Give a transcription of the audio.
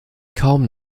kaum